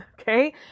okay